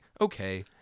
okay